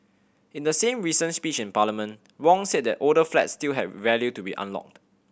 in the same recent speech in Parliament Wong said that older flats still had value to be unlocked